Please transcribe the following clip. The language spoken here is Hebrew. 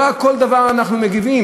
לא על כל דבר אנחנו מגיבים.